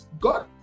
god